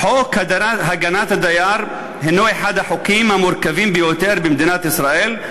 "חוק הגנת הדייר הנו אחד החוקים המורכבים ביותר במדינת ישראל,